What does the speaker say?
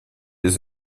des